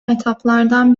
etaplardan